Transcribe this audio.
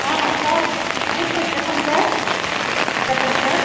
sir నమస్తే చెప్పండి sir చెప్పండి సార్